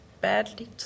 badly